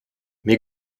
mir